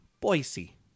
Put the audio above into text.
Boise